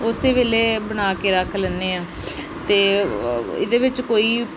ਉਸੇ ਵੇਲੇ ਬਣਾ ਕੇ ਰੱਖ ਲੈਂਦੇ ਹਾਂ ਅਤੇ ਇਹਦੇ ਵਿੱਚ ਕੋਈ